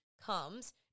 comes